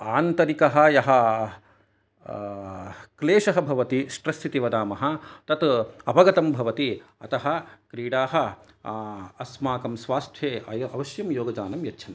आन्तरिकः यः क्लेशः भवति स्ट्रेस् इति वदामः तद् अपगतं भवति अतः क्रीडाः अस्माकं स्वास्थ्ये अवश्यं योगदानं यच्छन्ति